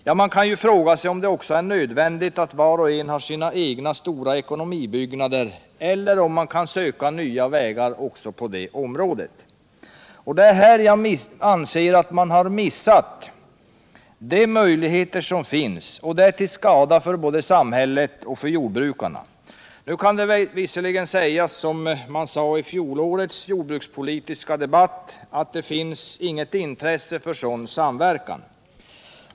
Ja, man kan ju också fråga sig om det är nödvändigt att var och en har sina stora ekonomibyggnader, eller om man kan söka nya vägar också på det området. Det är här jag anser att man har missat de möjligheter som finns, och det är till skada både för samhället och för jordbrukarna. Nu kan det visserligen sägas, som man gjorde i fjolårets jordbrukspolitiska debatt, att det ”finns inget intresse för sådan samverkan”.